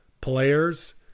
players